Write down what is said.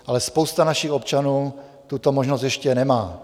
Ale spousta našich občanů tuto možnost ještě nemá.